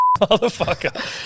Motherfucker